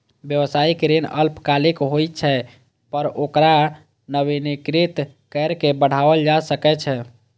व्यावसायिक ऋण अल्पकालिक होइ छै, पर ओकरा नवीनीकृत कैर के बढ़ाओल जा सकै छै